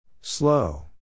Slow